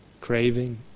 craving